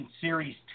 series